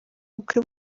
bukwe